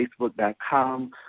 facebook.com